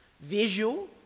visual